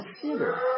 consider